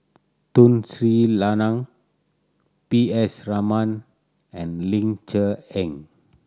Tun Sri Lanang P S Raman and Ling Cher Eng